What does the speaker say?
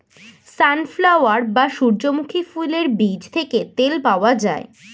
sunflower বা সূর্যমুখী ফুলের বীজ থেকে তেল পাওয়া যায়